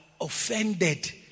offended